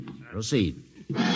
Proceed